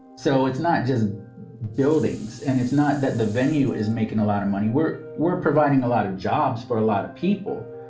so it's not just buildings and it's not that the venue is making a lot of money. we're we're providing a lot of jobs for a lot of people.